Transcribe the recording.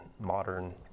modern